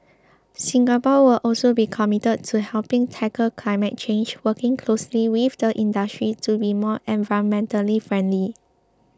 Singapore will also be committed to helping tackle climate change working closely with the industry to be more environmentally friendly